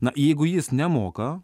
na jeigu jis nemoka